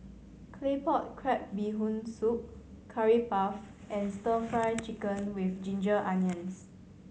Claypot Crab Bee Hoon Soup Curry Puff and Stir Fry Chicken with ginger onions